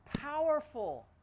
powerful